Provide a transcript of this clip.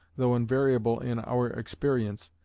though invariable in our experience,